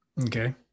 Okay